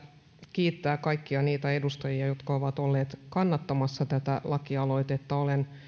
kiittää kaikkia niitä edustajia jotka ovat olleet kannattamassa tätä lakialoitetta olen